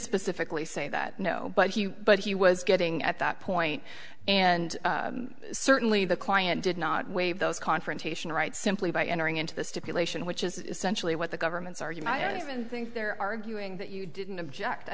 specifically say that no but he but he was getting at that point and certainly the client did not waive those confrontation rights simply by entering into the stipulation which is essentially what the government's argument is and think they're arguing that you didn't object i